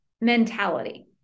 mentality